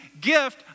gift